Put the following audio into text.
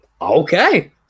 okay